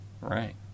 Right